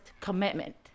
commitment